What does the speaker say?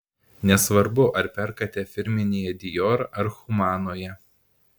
nesvarbu ar perkate firminėje dior ar humanoje